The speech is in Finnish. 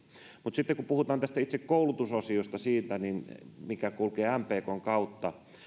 mutta sitten kun puhutaan itse koulutusasioista siitä mikä kulkee mpkn kautta